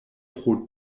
pro